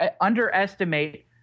underestimate